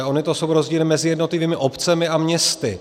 Ony to jsou rozdíly mezi jednotlivými obcemi a městy.